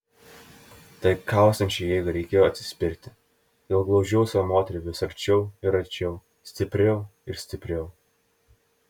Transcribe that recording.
tai kaustančiai jėgai reikėjo atsispirti todėl glaudžiau savo moterį vis arčiau ir arčiau stipriau ir stipriau